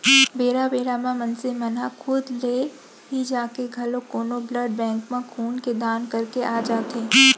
बेरा बेरा म मनसे मन ह खुद ले ही जाके घलोक कोनो ब्लड बेंक म खून के दान करके आ जाथे